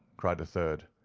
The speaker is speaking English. cried a third.